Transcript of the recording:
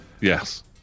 Yes